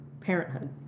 parenthood